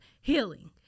healing